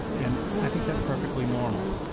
and i think that's perfectly normal.